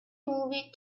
movie